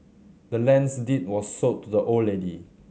the land's deed was sold to the old lady